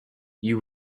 you